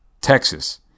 Texas